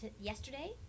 yesterday